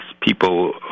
people